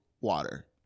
water